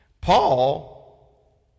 Paul